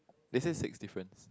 they say six difference